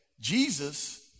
Jesus